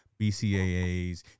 BCAAs